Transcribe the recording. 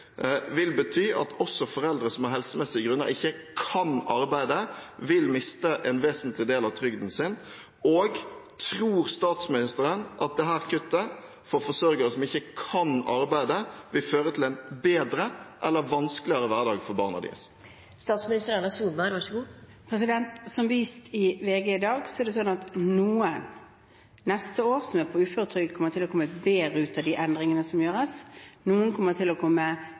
vil bety at også foreldre som av helsemessige grunner ikke kan arbeide, vil miste en vesentlig del av trygden sin, og tror statsministeren at dette kuttet, for forsørgere som ikke kan arbeide, vil føre til en bedre eller vanskeligere hverdag for barna deres? Som vist i VG i dag er det neste år noen av dem som er på uføretrygd, som kommer til å komme bedre ut med de endringene som gjøres, og noen kommer til å komme